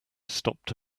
stopped